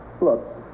Look